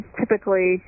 typically